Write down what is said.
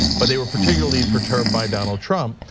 but they were particularly perturbed by donald trump.